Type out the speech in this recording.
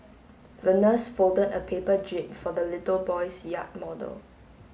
the nurse folded a paper jib for the little boy's yacht model